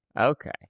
Okay